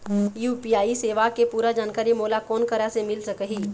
UPI सेवा के पूरा जानकारी मोला कोन करा से मिल सकही?